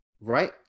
Right